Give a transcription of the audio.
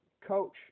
Coach